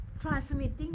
Transmitting